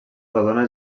rodona